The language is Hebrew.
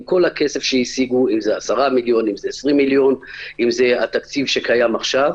עם כל הכסף שהשיגו אם זה 10 מיליון או 20 מיליון או התקציב שקיים עכשיו,